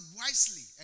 wisely